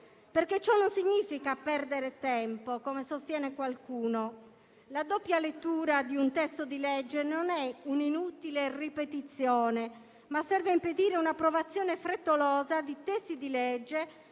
perché ciò non significa perdere tempo, come sostiene qualcuno. La doppia lettura di un testo di legge non è un'inutile ripetizione, ma serve a impedire un'approvazione frettolosa di testi di legge